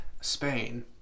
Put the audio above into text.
Spain